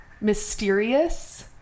mysterious